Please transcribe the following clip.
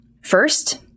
First